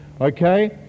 Okay